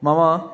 मम